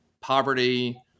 poverty